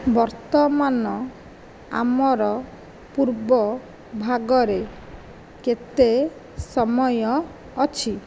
ବର୍ତ୍ତମାନ ଆମର ପୂର୍ବ ଭାଗରେ କେତେ ସମୟ ଅଛି